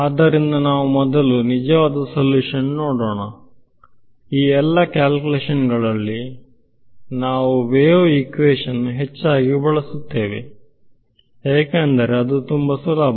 ಆದ್ದರಿಂದ ನಾವು ಮೊದಲು ನಿಜವಾದ ಸಲ್ಯೂಷನ್ ನೋಡೋಣ ಈ ಎಲ್ಲಾ ಕ್ಯಾಲ್ಕುಲೇಷನ್ ಗಳಲ್ಲಿ ನಾವು ವೇವ್ ಹಿಕ್ವಿಷನ್ ಹೆಚ್ಚಾಗಿ ಬಳಸುತ್ತೇವೆ ಏಕೆಂದರೆ ಅದು ತುಂಬಾ ಸುಲಭ